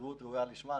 מסירות ראויה לשמה.